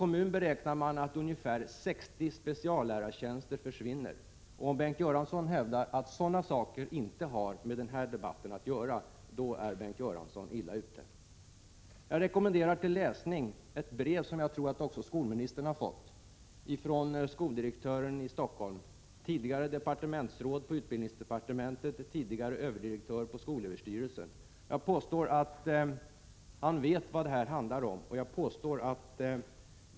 Man beräknar att ungefär 60 speciallärare försvinner i Stockholms kommun. Om Bengt Göransson hävdar att sådana saker inte har med den här debatten att göra är Bengt Göransson illa ute. Jag kan rekommendera till läsning ett brev som jag tror att också skolministern har fått. Det kom från skoldirektören i Stockholm, tidigare departementsråd på utbildningsdepartementet och överdirektör i skolöverstyrelsen. Jag påstår att han vet vad det här handlar om.